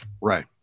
Right